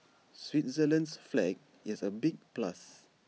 Switzerland's flag is A big plus